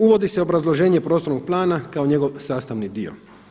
Uvodi se obrazloženje prostornog plana kao njegov sastavni dio.